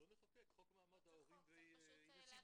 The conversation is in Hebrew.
בוא נחוקק חוק מעמד ההורים ונציגותם,